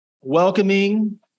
welcoming